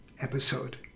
episode